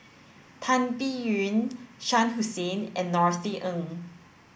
Tan Biyun Shah Hussain and Norothy Ng